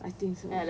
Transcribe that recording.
I think so